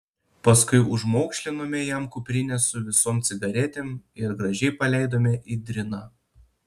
paskui užmaukšlinome jam kuprinę su visom cigaretėm ir gražiai paleidome į driną